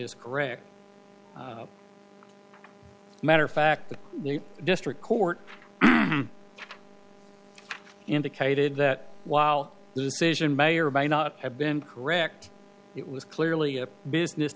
is correct matter of fact the district court indicated that while this asian may or may not have been correct it was clearly a business